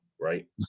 right